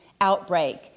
outbreak